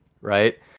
Right